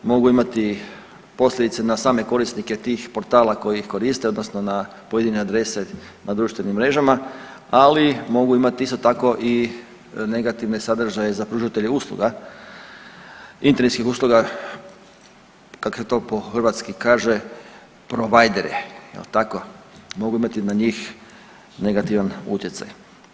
Mogu imati posljedice na same korisnike tih portala koji ih koriste odnosno na pojedine adrese na društvenim mrežama, ali mogu imati isto tako i negativne sadržaje za pružatelje usluga, internetskih usluga kak se to po hrvatski kaže providere jel tako, mogu imati na njih negativan utjecaj.